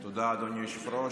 תודה, אדוני היושב-ראש.